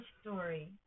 story